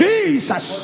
Jesus